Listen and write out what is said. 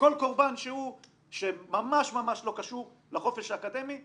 כל קורבן שהוא ממש לא קשור לחופש האקדמי,